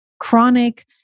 Chronic